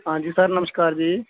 ਹਾਂਜੀ ਸਰ ਨਮਸਕਾਰ ਜੀ